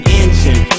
engine